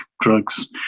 drugs